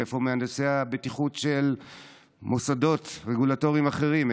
איפה מהנדסי הבטיחות של מוסדות רגולטוריים אחרים?